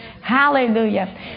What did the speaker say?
Hallelujah